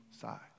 side